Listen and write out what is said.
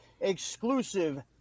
exclusive